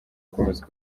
gukomeza